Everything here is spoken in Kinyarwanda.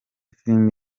film